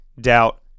doubt